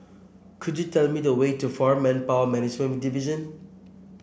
could you tell me the way to Foreign Manpower Management Division